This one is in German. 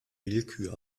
willkür